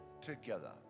together